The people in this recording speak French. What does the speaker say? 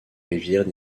rivière